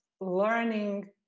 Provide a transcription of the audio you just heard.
learning